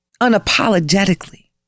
unapologetically